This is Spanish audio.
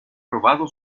robado